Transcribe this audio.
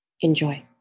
Enjoy